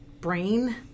brain